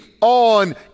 on